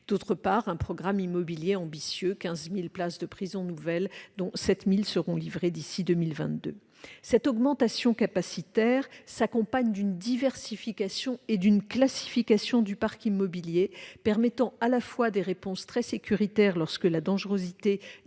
D'autre part, un programme immobilier ambitieux, qui nous permettra de construire 15 000 places nouvelles de prison, dont 7 000 seront livrées d'ici à 2022. Cette augmentation capacitaire s'accompagne d'une diversification et d'une classification du parc immobilier permettant à la fois des réponses très sécuritaires lorsque la dangerosité des détenus